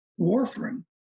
Warfarin